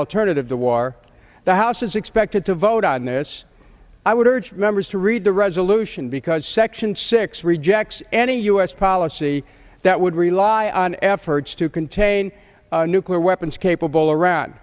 alternative to war the house is expected to vote on this i would urge members to read the resolution because section six rejects any u s policy that would rely on efforts to contain nuclear weapons capable around